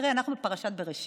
תראה, אנחנו בפרשת בראשית,